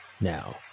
Now